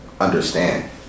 understand